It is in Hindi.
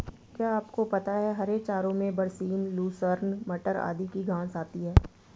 क्या आपको पता है हरे चारों में बरसीम, लूसर्न, मटर आदि की घांस आती है?